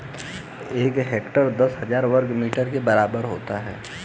एक हेक्टेयर दस हजार वर्ग मीटर के बराबर होता है